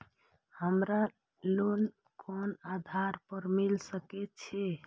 हमरा लोन कोन आधार पर मिल सके छे?